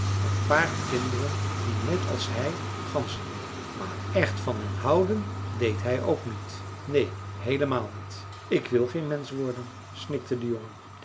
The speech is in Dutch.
een paar kinderen die net als hij ganzen hoedden maar echt van hen houden deed hij ook niet neen heelemaal niet ik wil geen mensch worden snikte de